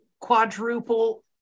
quadruple